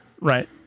right